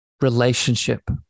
relationship